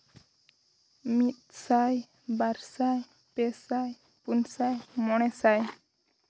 ᱢᱤᱫ ᱥᱟᱭ ᱵᱟᱨ ᱥᱟᱭ ᱯᱮ ᱥᱟᱭ ᱯᱩᱱ ᱥᱟᱭ ᱢᱚᱬᱮ ᱥᱟᱭ